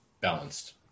balanced